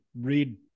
read